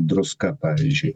druska pavyzdžiui